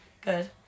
Good